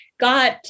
got